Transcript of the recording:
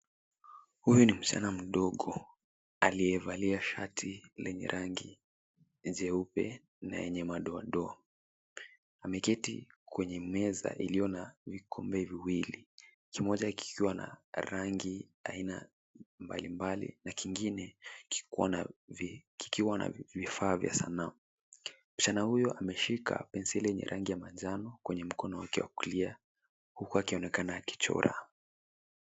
Huyu ni msichana mdogo aliyevalia shati lenye rangi jeupe na yenye madoadoa. Ameketi kwenye meza iliyo na vikombe viwili. Kimoja kikiwa na rangi aina mbalimbali na kingine kikiwa na vifaa vya sanaa. Msichana huyu ameshika penseli yenye rangi ya manjano kwenye mkono wake wa kulia, huku akionekana akichora.